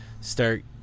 start